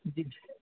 جی جی